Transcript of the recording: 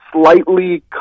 slightly